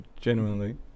genuinely